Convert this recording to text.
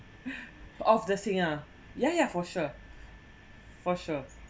of the singer yeah yeah for sure for sure